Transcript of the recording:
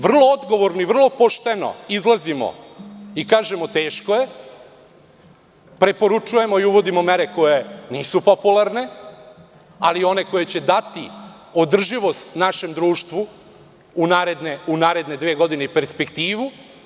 Vrlo odgovorno i vrlo pošteno izlazimo i kažemo – teško je, preporučujemo i uvodimo mere koje nisu popularne, ali one koje će dati održivost našem društvu u naredne dve godine i perspektivu.